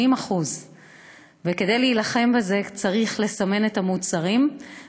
80%. כדי להילחם בזה צריך לסמן את המוצרים.